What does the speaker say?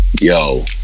yo